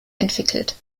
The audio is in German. entwickelt